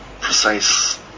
precise